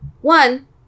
one